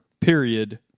period